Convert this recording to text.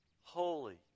holy